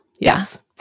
Yes